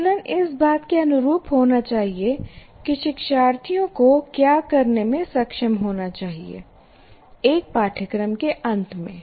आकलन इस बात के अनुरूप होना चाहिए कि शिक्षार्थियों को क्या करने में सक्षम होना चाहिए एक पाठ्यक्रम के अंत में